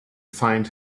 find